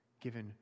given